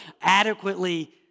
adequately